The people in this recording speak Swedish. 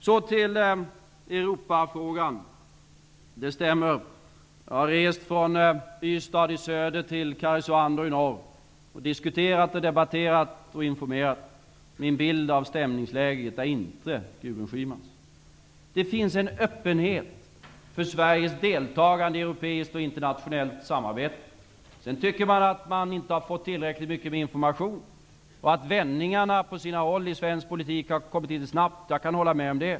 Så till Europafrågan. Det stämmer att jag har rest mycket, från Ystad i söder till Karesuando i norr, och diskuterat och debatterat och informerat. Min bild av stämningsläget är inte Gudrun Schymans. Det finns en öppenhet för Sveriges deltagande i europeiskt och internationellt samarbete. Sedan tycker man att man inte har fått tillräckligt mycket information och att vändningarna på sina håll i svensk politik har kommit litet snabbt. Jag kan hålla med om det.